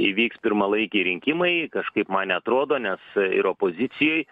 įvyks pirmalaikiai rinkimai kažkaip man neatrodo nes ir opozicijoj